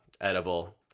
edible